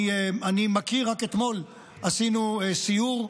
אני מכיר, רק אתמול עשינו סיור,